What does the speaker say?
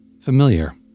Familiar